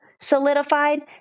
solidified